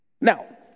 Now